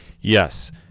yes